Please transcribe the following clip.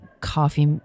coffee